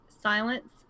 silence